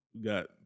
got